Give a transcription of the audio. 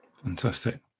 Fantastic